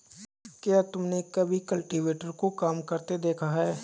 क्या तुमने कभी कल्टीवेटर को काम करते देखा है?